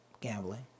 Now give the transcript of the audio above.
gambling